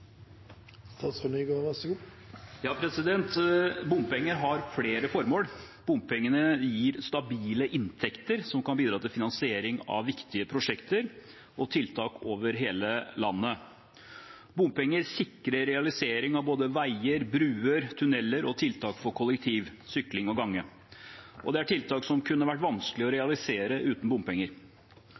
Bompenger har flere formål. Bompengene gir stabile inntekter som kan bidra til finansiering av viktige prosjekter og tiltak over hele landet. Bompenger sikrer realisering av både veier, bruer, tuneller og tiltak for kollektiv, sykkel og gange. Det er tiltak som kunne ha vært vanskelig å realisere uten bompenger.